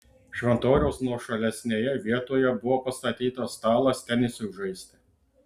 šventoriaus nuošalesnėje vietoje buvo pastatytas stalas tenisui žaisti